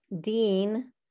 dean